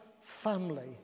family